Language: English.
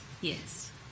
Yes